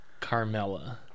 Carmella